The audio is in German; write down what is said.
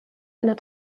einer